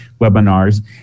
webinars